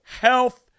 health